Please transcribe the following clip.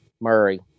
Murray